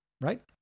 right